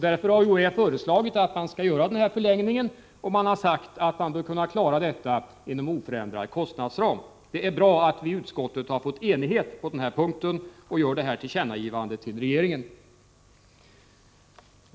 Därför har UHÄ föreslagit att man skall genomföra denna förlängning och sagt att man bör klara det inom oförändrad kostnadsram. Det är bra att vi i utskottet har nått enighet på denna punkt och gör detta tillkännagivande till regeringen.